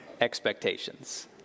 expectations